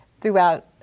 throughout